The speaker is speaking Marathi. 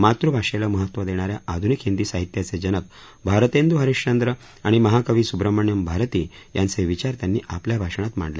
मातृभाषेला महत्त्व देणाऱ्या आधुनिक हिंदी साहित्याचे जनक भारतेन्दु हरिशचंद्र आणि महाकवी सुब्रमण्यम् भारती यांचे विचार त्यांनी आपल्या भाषणात मांडले